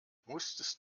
musstest